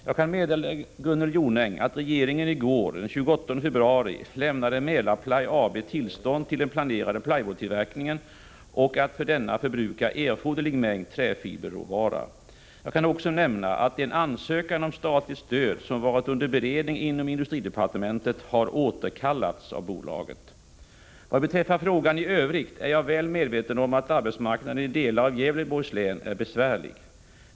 Jag kan meddela Gunnel Jonäng att regeringen i går, den 28 februari, lämnade Mälarply AB tillstånd till den planerade plywoodtillverkningen och att för denna förbruka erforderlig mängd träfiberråvara. Jag kan också nämna att den ansökan om statligt stöd som varit under beredning inom industridepartementet har återkallats av bolaget. Vad beträffar frågan i övrigt är jag väl medveten om att arbetsmarknaden i delar av Gävleborgs län är besvärlig.